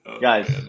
Guys